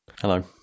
hello